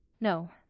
No